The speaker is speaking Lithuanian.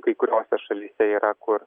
kai kuriose šalyse yra kur